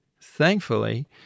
thankfully